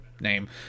name